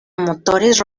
motores